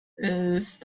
ist